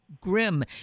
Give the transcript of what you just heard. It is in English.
grim